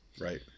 Right